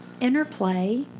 interplay